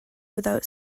without